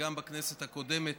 וגם בכנסת הקודמת